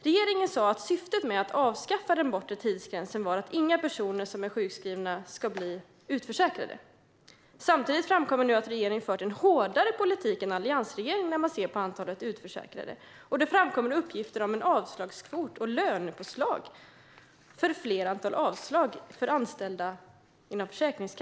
Regeringen sa att syftet med att avskaffa den bortre tidsgränsen var att inga personer som är sjukskrivna skulle bli utförsäkrade. Samtidigt framkommer nu att regeringen har fört en hårdare politik än alliansregeringen när man ser till antalet utförsäkrade. Det framkommer uppgifter om en avslagskvot och om lönepåslag för anställda i Försäkringskassan som avslår fler ansökningar.